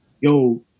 yo